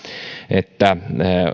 että